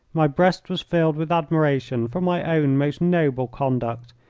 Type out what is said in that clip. my breast was filled with admiration for my own most noble conduct,